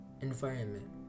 environment